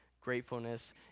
gratefulness